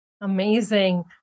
Amazing